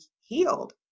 healed